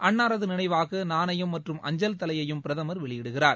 அண்ணாரது நினைவாக நாணயம் மற்றும் அஞ்சல் தலையையும் பிரதமர் வெளியிடுகிறார்